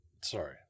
Sorry